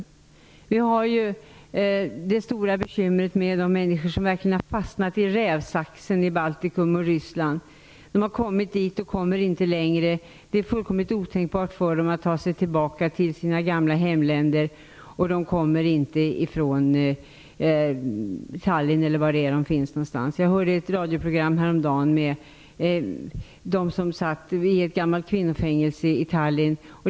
Vi har ju det stora bekymret med de människor som verkligen fastnat i rävsaxen i Baltikum och Ryssland. Det har kommit dit, men de kommer inte längre. De är fullkomligt otänkbart för dem att ta sig tillbaka till sina gamla hemländer, och de kommer inte från Tallinn, eller var de nu finns någonstans. Jag hörde häromdagen ett radioprogram om flyktingar som satt i ett gammalt kvinnofängelse i Tallinn.